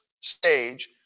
stage